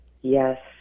Yes